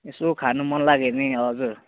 यसो खानु मन लाग्यो भने हजुर